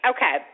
Okay